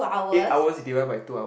eight hours divide by two hours